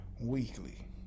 weekly